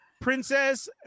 Princess